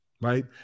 right